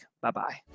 Bye-bye